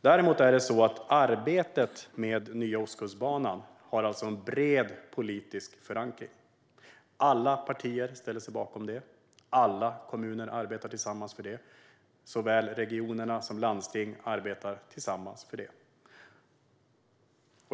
Däremot är det så att arbetet med Nya Ostkustbanan har en bred politisk förankring. Alla partier ställer sig bakom det. Alla kommuner arbetar tillsammans för det, och alla regioner och landsting arbetar tillsammans för det.